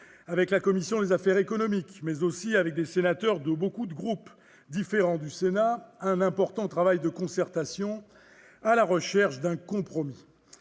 avec la commission des affaires économiques, mais aussi avec des sénateurs de divers groupes du Sénat, un important travail de concertation en vue d'un compromis.